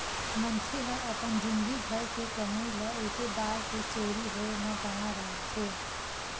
मनखे ह अपन जिनगी भर के कमई ल एके बार के चोरी होए म गवा डारथे